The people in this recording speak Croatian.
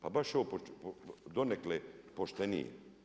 Pa baš je ovo donekle poštenije.